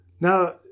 Now